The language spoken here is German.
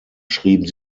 schrieben